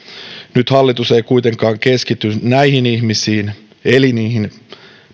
nyt hallitus ei kuitenkaan keskity näihin ihmisiin eli niihin